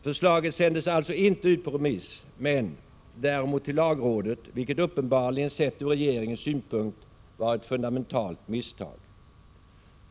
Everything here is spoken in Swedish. Förslaget sändes alltså inte ut på remiss men däremot till lagrådet, vilket uppenbarligen, sett ur regeringens synpunkt, var ett fundamentalt misstag.